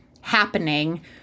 happening